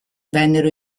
vennero